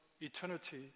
Eternity